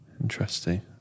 Interesting